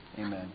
Amen